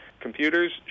Computers